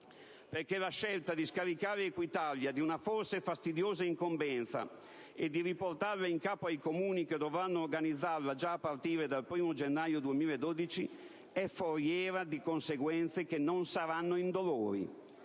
perché la scelta di "scaricare" Equitalia di una forse fastidiosa incombenza e di riportarla in capo ai Comuni, che dovranno organizzarla già a partire dal 1° gennaio 2012, è foriera di conseguenze che non saranno indolori.